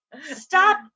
Stop